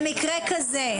למקרה כזה,